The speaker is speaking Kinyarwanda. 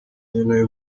nkeneye